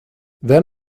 then